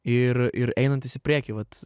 ir ir einantis į priekį vat